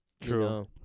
True